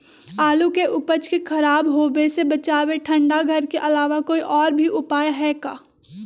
आलू के उपज के खराब होवे से बचाबे ठंडा घर के अलावा कोई और भी उपाय है का?